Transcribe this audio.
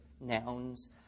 nouns